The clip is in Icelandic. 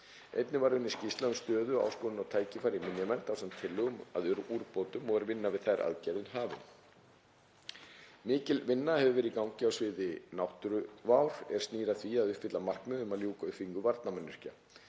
Einnig var unnin skýrsla um stöðu, áskoranir og tækifæri í minjavernd ásamt tillögum að úrbótum og er vinna við þær aðgerðir hafin. Mikil vinna hefur verið í gangi á sviði náttúrvár er snýr að því að uppfylla markmið um að ljúka uppbyggingu varnarmannvirkja.